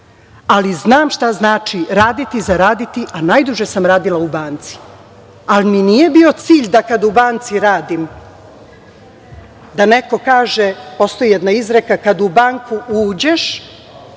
ali znam šta znači raditi, zaraditi, a najduže sam radila u banci, ali mi nije bio cilj da kada u banci radim da neko kaže, a postoji jedna izreka, da kad u banku uđeš